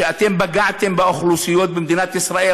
שאתם פגעתם באוכלוסיות במדינת ישראל.